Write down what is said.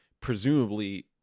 presumably